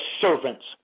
servants